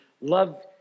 love